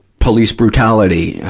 police brutality, ah,